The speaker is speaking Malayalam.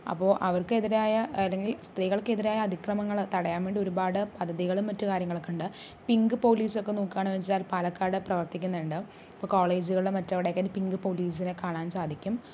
അപ്പോൾ അവർക്കെതിരായ അല്ലെങ്കിൽ സ്ത്രീകൾക്കെതിരായ അതിക്രമങ്ങൾ തടയാൻ വേണ്ടി ഒരുപാട് പദ്ധതികളും മറ്റും കാര്യങ്ങളൊക്കെയുണ്ട് പിങ്ക് പോലീസൊക്കെ നോക്കുകയാണെന്ന് വെച്ചാൽ പാലക്കാട് പ്രവർത്തിക്കുന്നുണ്ട് ഇപ്പോൾ കോളേജുകളിലും മറ്റെവിടെയൊക്കെയായിട്ട് പിങ്ക് പോലീസിനെ കാണാൻ സാധിക്കും